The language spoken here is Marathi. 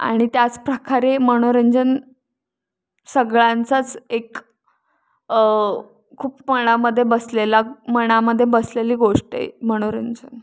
आणि त्याचप्रकारे मनोरंजन सगळ्यांचाच एक खूप मनामध्ये बसलेला मनामध्ये बसलेली गोष्ट आहे मनोरंजन